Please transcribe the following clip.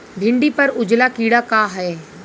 भिंडी पर उजला कीड़ा का है?